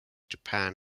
japan